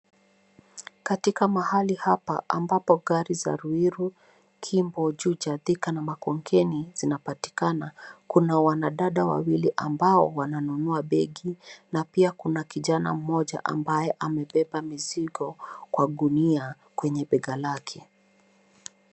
Katika mahali hapa ambapo gari za Ruiru, Kimbo, Juja, Thika na Makongeni zinapatikana, kuna wanadada wawili ambao wananunua begi na pia kuna kijana mmoja ambaye amebeba mizigo kwa gunia kwenye bega lake.